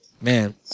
Man